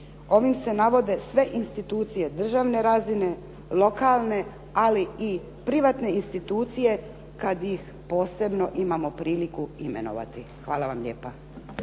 Ovim se navode sve institucije državne razine, lokalne, ali i privatne institucije kad ih posebno imamo priliku imenovati. Hvala vam lijepa.